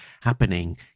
happening